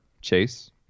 Chase